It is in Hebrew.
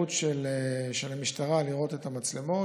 האפשרות של המשטרה לראות את המצלמות.